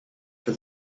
for